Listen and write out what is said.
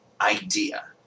idea